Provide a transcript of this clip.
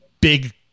big